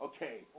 Okay